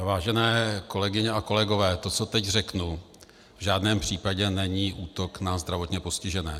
Vážené kolegyně a kolegové, to, co teď řeknu, v žádném případě není útok na zdravotně postižené.